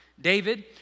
David